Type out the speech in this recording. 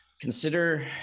consider